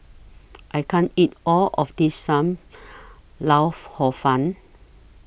I can't eat All of This SAM Lau Hor Fun